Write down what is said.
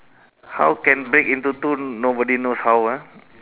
how can break into two nobody knows how ah